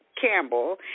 Campbell